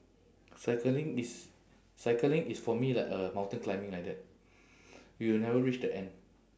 cycling is cycling is for me like uh mountain climbing like that you will never reach the end